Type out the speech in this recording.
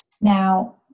Now